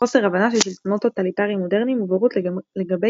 חוסר הבנה של שלטונות טוטליטריים מודרניים ובורות לגבי